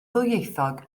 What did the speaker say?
ddwyieithog